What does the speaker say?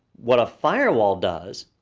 what a firewall does,